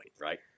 right